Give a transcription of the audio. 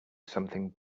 something